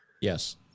Yes